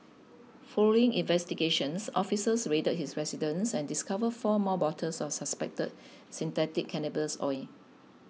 following investigations officers raided his residence and discovered four more bottles of suspected synthetic cannabis oil